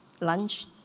lunch